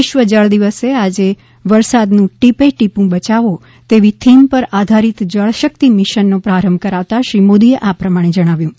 વિશ્વ જળ દિવસે આજે વરસાદનું ટીપે ટીપું બયાવો તેવી થીમ ઉપર આધારિત જળ શક્તિ મિશનનો પ્રારંભ કરાવતા શ્રી મોદીએ આમ જણાવ્યુ હતું